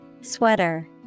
Sweater